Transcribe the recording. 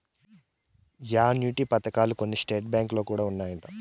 annuity పథకాలు కొన్ని state బ్యాంకులో కూడా ఉన్నాయంట